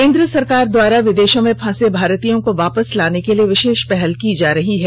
केन्द्र सरकार द्वारा विदेषों में फंसे भारतीयों को वापस लाने के लिए विषेष पहल की जा रही है